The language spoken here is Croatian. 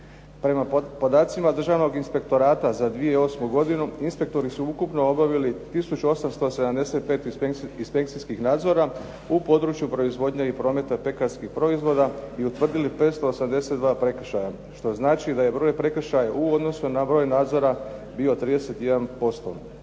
Prema podacima državnog inspektorata za 2008. godinu inspektori su ukupno obavili tisuću 875 inspekcijskih nadzora u području proizvodnje i prometa pekarskih proizvoda i utvrdili 582 prekršaja. Što znači da je broj prekršaja u odnosu na broj nadzora bio 31%.